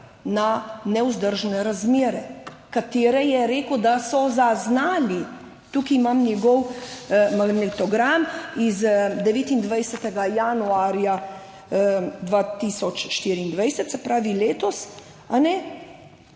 na nevzdržne razmere. Za katere je rekel, da so jih zaznali. Tukaj imam njegov magnetogram iz 29. januarja 2024, se pravi letos, in